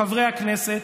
חברי הכנסת,